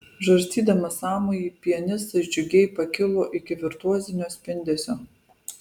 žarstydamas sąmojį pianistas džiugiai pakilo iki virtuozinio spindesio